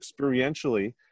experientially